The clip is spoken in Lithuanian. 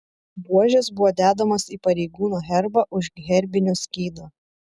buožės buvo dedamos į pareigūno herbą už herbinio skydo